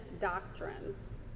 doctrines